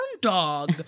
dog